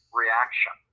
reaction